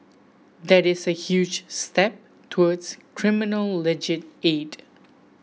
that is a huge step towards criminal legal aid